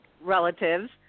relatives